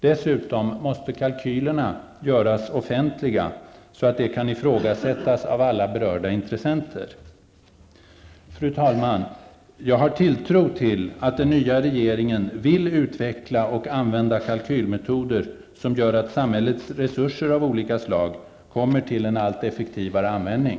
Dessutom måste kalkylerna göras offentliga, så att de kan ifrågasättas av alla berörda intressenter. Fru talman! Jag har tilltro till att den nya regeringen vill utveckla och använda kalkylmetoder som gör att samhällets resurser av olika slag kommer till en allt effektivare användning.